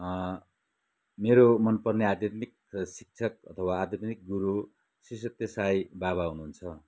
मेरो मन पर्ने आध्यात्मिक शिक्षक अथवा आध्यात्मिक गुरु श्री सत्य साई बाबा हुनुहुन्छ